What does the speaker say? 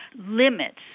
limits